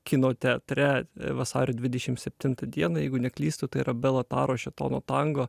kino teatre vasario dvidešim septintą dieną jeigu neklystu tai yra bela taro šėtono tango